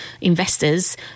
investors